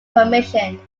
commissioned